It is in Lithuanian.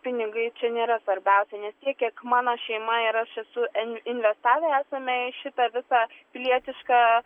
pinigai čia nėra svarbiausia nes tiek kiek mano šeima ir aš esu en investavę esame į šitą visą pilietišką